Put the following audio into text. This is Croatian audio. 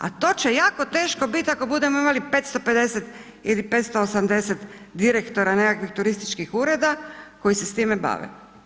A to će jako teško biti ako budemo imali 550 ili 580 direktora nekakvih turističkih ureda koji se s time bave.